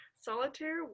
Solitaire